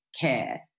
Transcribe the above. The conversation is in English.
care